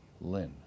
Lynn